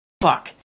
fuck